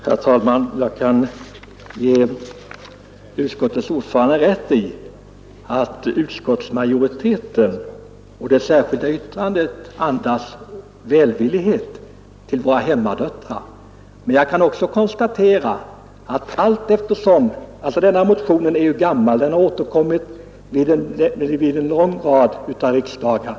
Herr talman! Jag kan ge utskottets ordförande rätt i att utskottsmajoriteten och det särskilda yttrandet andas välvillighet till våra hemmadöttrar. Denna motion är ju gammal. Den har återkommit vid en lång rad av riksdagar.